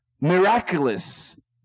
miraculous